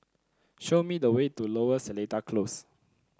show me the way to Lower Seletar Close